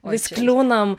vis kliūnam